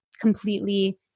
completely